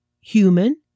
human